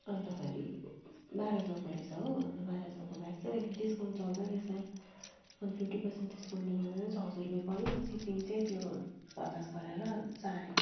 अन्तखेरि बाह्र सयको रहेछ हो बाह्र सयको ब्याग चाहिँ डिस्काउन्ट चल्दै रहेछ अन्त फिफ्टी पर्सेन्ट डिस्काउन्टले गर्दा चाहिँ छ सय रुपियाँ पर्यो सिपिङ चाहिँ त्यो पचास गरेर चा